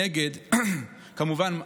כמובן,